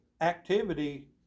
activity